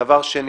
דבר שני,